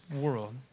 world